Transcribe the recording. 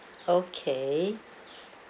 okay